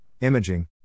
imaging